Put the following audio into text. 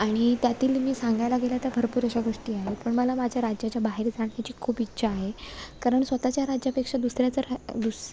आणि त्यातील मी सांगायला गेलं तर भरपूर अशा गोष्टी आहेत पण मला माझ्या राज्याच्या बाहेर जाण्याची खूप इच्छा आहे कारण स्वतःच्या राज्यापेक्षा दुसऱ्याचं रा दुस